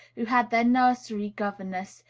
who had their nursery governess,